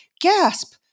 gasp